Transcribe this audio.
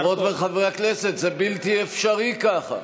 חברות וחברי הכנסת זה בלתי אפשרי ככה.